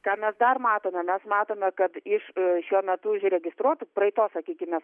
ką mes dar matome mes matome kad iš šiuo metu užregistruotų praeitos sakykime